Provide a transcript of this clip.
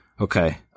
Okay